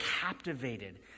captivated